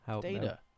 Data